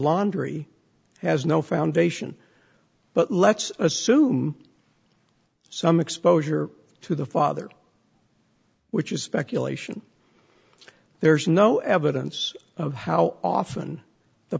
laundry has no foundation but let's assume some exposure to the father which is speculation there's no evidence of how often the